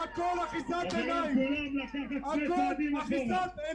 בעיקר ב-level הנמוך של העסקים.